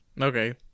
Okay